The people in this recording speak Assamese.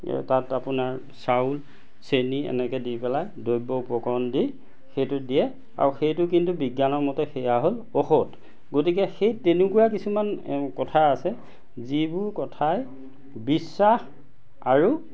তাত আপোনাৰ চাউল চেনি এনেকে দি পেলাই দ্ৰব্য উপকৰণ দি সেইটো দিয়ে আৰু সেইটো কিন্তু বিজ্ঞানৰ মতে সেয়া হ'ল ঔষধ গতিকে সেই তেনেকুৱা কিছুমান কথা আছে যিবোৰ কথাই বিশ্বাস আৰু